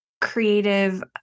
creative